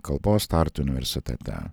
kalbos tartu universitete